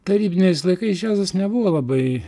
tarybiniais laikais džiazas nebuvo labai